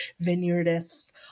vineyardists